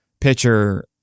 pitcher